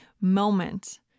moment